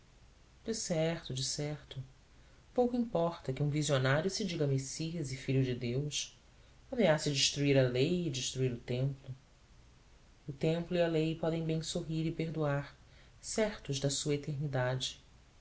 necessidade decerto decerto pouco importa que um visionário se diga messias e filho de deus ameace destruir a lei e destruir o templo o templo e a lei podem bem sorrir e perdoar certos da sua eternidade